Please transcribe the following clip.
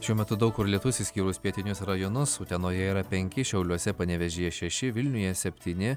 šiuo metu daug kur lietus išskyrus pietinius rajonus utenoje yra penki šiauliuose panevėžyje šeši vilniuje septyni